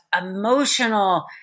emotional